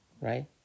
Right